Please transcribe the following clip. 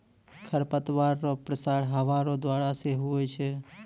खरपतवार रो प्रसार हवा रो द्वारा से हुवै छै